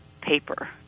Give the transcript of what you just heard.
paper